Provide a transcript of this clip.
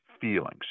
feelings